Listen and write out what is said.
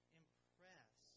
impress